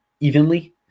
evenly